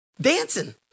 dancing